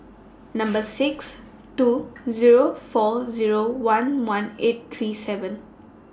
Number six two Zero four Zero one one eight three seven